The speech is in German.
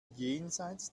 jenseits